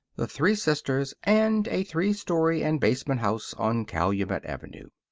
the three sisters, and a three-story-and-basement house on calumet avenue.